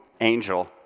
angel